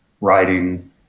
writing